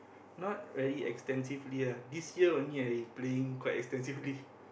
not very extensively lah this year only I playing quite extensively